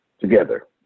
Together